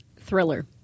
Thriller